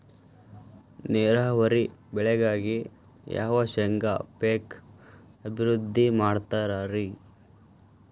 ನೇರಾವರಿ ಬೆಳೆಗಾಗಿ ಯಾವ ಶೇಂಗಾ ಪೇಕ್ ಅಭಿವೃದ್ಧಿ ಮಾಡತಾರ ರಿ?